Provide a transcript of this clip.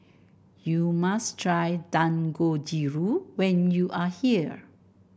you must try Dangojiru when you are here